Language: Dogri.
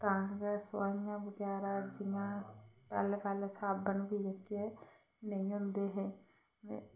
तां गै सोआईंया बगैरा जियां पैह्ले पैह्ले साबन बी जेह्के नेईं होंदे हे ते